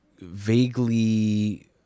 vaguely